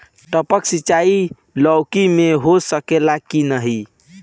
टपक सिंचाई लौकी में हो सकेला की नाही?